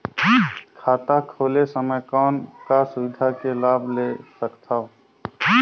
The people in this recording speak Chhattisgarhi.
खाता खोले समय कौन का सुविधा के लाभ ले सकथव?